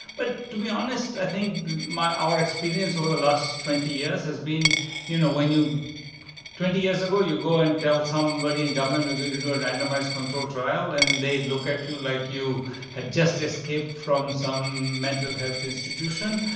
but to be honest, i think our experience over the last twenty years has been you know when you twenty years ago, you go and tell somebody in government, we're going to do a randomized controlled trial. and they'd look at you like you had just escaped from some mental health institution.